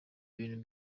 bintu